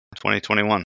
2021